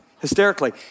hysterically